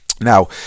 now